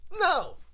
No